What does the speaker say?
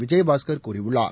விஜயபாஸ்கர் கூறியுள்ளார்